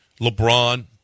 LeBron